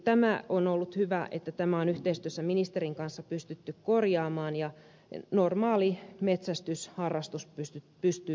tämä on ollut hyvä että tämä on yhteistyössä ministerin kanssa pystytty korjaamaan ja normaali metsästysharrastus pystyy jatkumaan